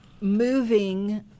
moving